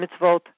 mitzvot